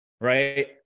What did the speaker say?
right